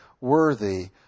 worthy